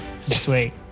Sweet